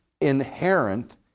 inherent